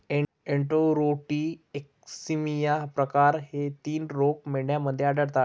enterotoxaemia प्रकार हे तीन रोग मेंढ्यांमध्ये आढळतात